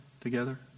together